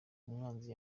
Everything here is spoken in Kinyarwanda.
umwanzi